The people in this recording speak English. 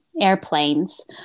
airplanes